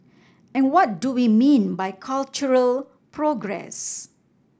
and what do we mean by cultural progress